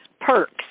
perks